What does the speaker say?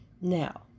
now